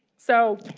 so